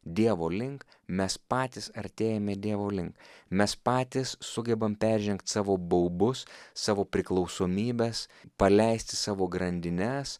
dievo link mes patys artėjame dievo link mes patys sugebam peržengt savo baubus savo priklausomybes paleisti savo grandines